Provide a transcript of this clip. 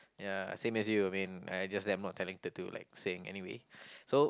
ya same as you I mean I just that I'm not telling to do like saying anyway so